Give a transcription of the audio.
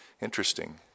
Interesting